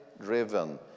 driven